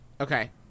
Okay